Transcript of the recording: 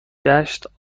دشت